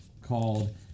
called